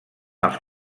els